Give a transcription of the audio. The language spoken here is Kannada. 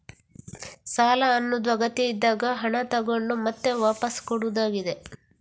ಸಾಲ ಅನ್ನುದು ಅಗತ್ಯ ಇದ್ದಾಗ ಹಣ ತಗೊಂಡು ಮತ್ತೆ ವಾಪಸ್ಸು ಕೊಡುದಾಗಿದೆ